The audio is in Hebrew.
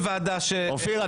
לא שמנו אותו בוועדה --- אופיר,